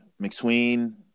McSween